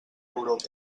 europa